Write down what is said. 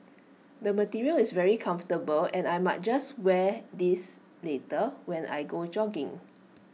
the material is very comfortable and I might just wear this later when I go jogging